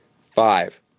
Five